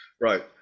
Right